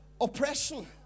oppression